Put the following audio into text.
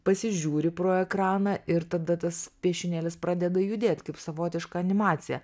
pasižiūri pro ekraną ir tada tas piešinėlis pradeda judėt kaip savotiška animacija